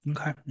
Okay